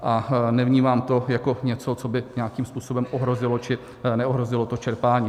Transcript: A nevnímám to jako něco, co by nějakým způsobem ohrozilo či neohrozilo to čerpání.